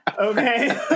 Okay